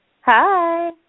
Hi